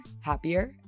happier